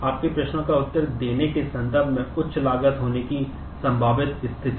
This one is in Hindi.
आपके प्रश्नों का उत्तर देने के संदर्भ में उच्च लागत होने की संभावित स्थिति